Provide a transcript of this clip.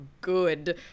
good